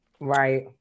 right